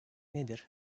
nedir